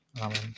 Amen